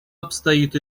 обстоит